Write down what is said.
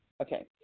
okay